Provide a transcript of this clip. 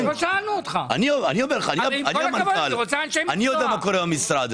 שאלתי את אנשי המקצוע.